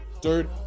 Dude